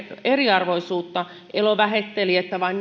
eriarvoisuutta elo vähätteli että vain